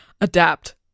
adapt